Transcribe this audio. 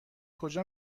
کجا